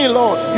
lord